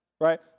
right